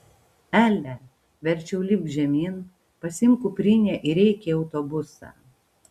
ele verčiau lipk žemyn pasiimk kuprinę ir eik į autobusą